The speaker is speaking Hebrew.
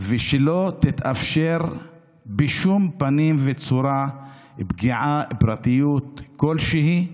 ושלא תתאפשר בשום פנים וצורה פגיעה בפרטיות כלשהי.